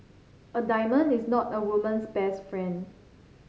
a diamond is not a woman's best friend